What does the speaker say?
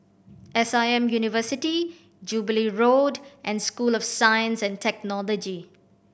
S I M University Jubilee Road and School of Science and Technology